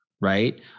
right